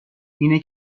اینه